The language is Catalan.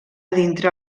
dintre